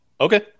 Okay